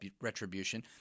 retribution